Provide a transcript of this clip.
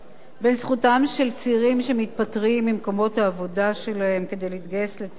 בין זכותם של צעירים שמתפטרים ממקומות העבודה שלהם כדי להתגייס לצה"ל